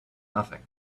nothing